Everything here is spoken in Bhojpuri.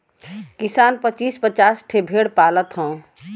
किसान पचीस पचास ठे भेड़ पालत हौ